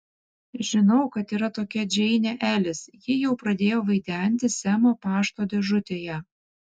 žinau kad yra tokia džeinė elis ji jau pradėjo vaidentis semo pašto dėžutėje